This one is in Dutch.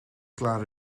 klaar